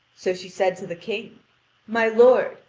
so she said to the king my lord,